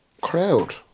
crowd